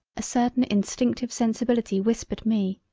a certain instinctive sensibility whispered me,